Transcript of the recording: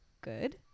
good